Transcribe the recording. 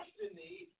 destiny